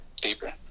deeper